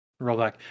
rollback